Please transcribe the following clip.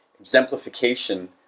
exemplification